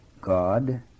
God